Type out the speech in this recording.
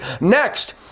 Next